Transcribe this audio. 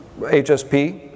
HSP